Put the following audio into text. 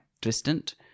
distant